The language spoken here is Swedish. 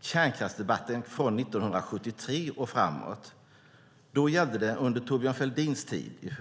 kärnkraftsdebatten från 1973 och framåt, i huvudsak under Torbjörn Fälldins tid.